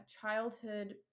childhood